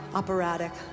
operatic